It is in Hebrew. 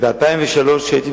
ב-2000 2003,